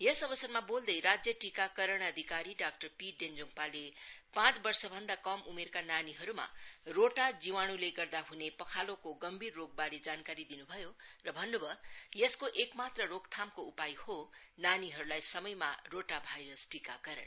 यस अवसरमा बोल्दै राज्य टीकाकरण अधिकारी डाक्टर पी डेञ्जोङपाले पाँच वर्षभन्दा कम उमेरका नानीहरूमा रोटा जीवाण्ले गर्दा ह्ने पखालोको गम्भीर रोगबारे जानकारी दिन् भयो र भन्न् भयो यसको मात्र रोकथामको उपाय हो नानीहरूलाई समयममा रोटा भाइरस टीकाकरण